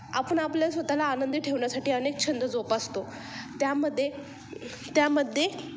आपण आपल्या स्वतःला आनंदी ठेवण्यासाठी अनेक छंद जोपासतो त्यामध्ये त्यामध्ये